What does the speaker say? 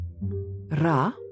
Ra